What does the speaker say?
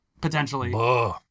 potentially